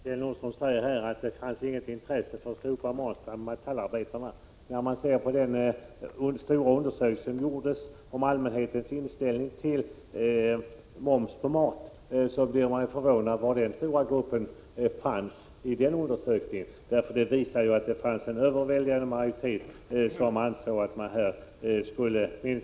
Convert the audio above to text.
Herr talman! Kjell Nordström säger att det inte finns något intresse bland metallarbetarna för slopande av momsen på maten. Man kan då undra var den stora gruppen finns i den stora undersökning som gjorts om allmänhetens inställning till moms på mat. Den undersökningen visade nämligen att det fanns en överväldigande majoritet för en minskning av momsen på mat.